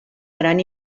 gran